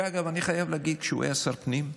שאגב, אני חייב להגיד, כשהוא היה שר פנים,